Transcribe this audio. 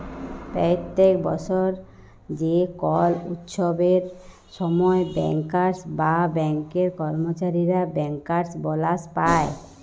প্যত্তেক বসর যে কল উচ্ছবের সময় ব্যাংকার্স বা ব্যাংকের কম্মচারীরা ব্যাংকার্স বলাস পায়